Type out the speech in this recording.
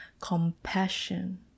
compassion